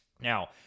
Now